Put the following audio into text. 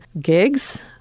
gigs